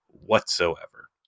whatsoever